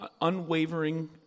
unwavering